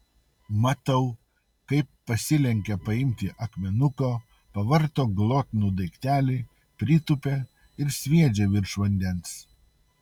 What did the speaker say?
matau kaip pasilenkia paimti akmenuko pavarto glotnų daiktelį pritūpia ir sviedžia virš vandens